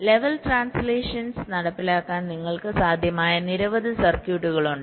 level translations നടപ്പിലാക്കാൻ നിങ്ങൾക്ക് സാധ്യമായ നിരവധി സർക്യൂട്ടുകൾ ഉണ്ട്